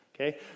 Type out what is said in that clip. okay